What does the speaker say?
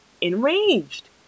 enraged